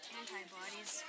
antibodies